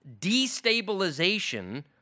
destabilization